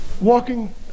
walking